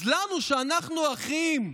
אז לנו, שאנחנו אחים,